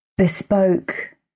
bespoke